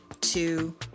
two